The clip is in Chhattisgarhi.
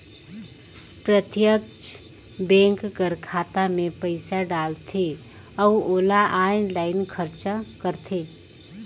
प्रत्यक्छ बेंक कर खाता में पइसा डालथे अउ ओला आनलाईन खरचा करथे